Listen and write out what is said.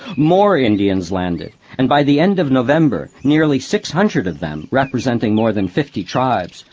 more indians landed, and by the end of november nearly six hundred of them, representing more than fifty tribes,